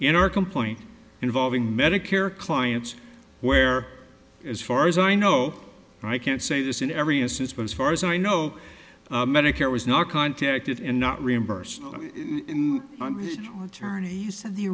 in our complaint involving medicare clients where as far as i know i can't say this in every instance but as far as i know medicare was not contacted and not reimbursed attorneys said the